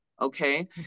okay